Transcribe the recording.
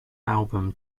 album